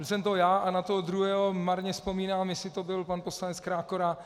Byl jsem to já a na toho druhého marně vzpomínám, jestli to byl pan poslanec Krákora.